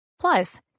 Plus